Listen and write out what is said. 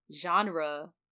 genre